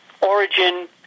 origin